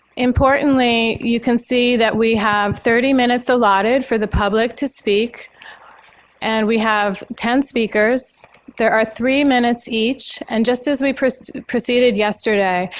importantly, you can see that we have thirty minutes allotted for the public to speak and we have ten speakers. there are three minutes each. and just as we proceeded proceeded yesterday,